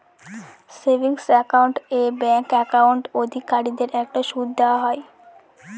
savings account এ bank account অধিকারীদের একটা সুদ দেওয়া হয়